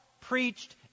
preached